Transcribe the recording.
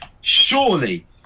Surely